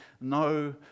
no